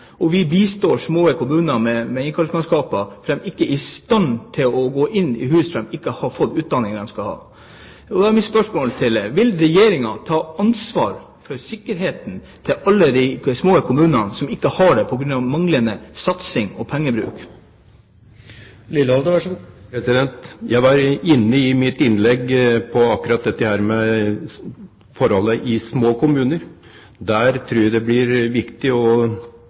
ikke har fått den utdanningen de skulle hatt. Da er mitt spørsmål: Vil Regjeringen ta ansvar for sikkerheten i alle de små kommunene hvor det har vært manglende satsing på sikkerhet og pengemangel? Jeg var i mitt innlegg inne på akkurat dette med forholdene i små kommuner. Jeg tror det blir viktig framover å